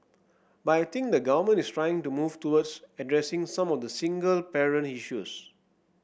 but I think the government is trying to move towards addressing some of the single parent issues